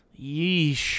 Yeesh